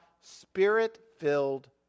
spirit-filled